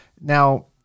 Now